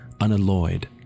unalloyed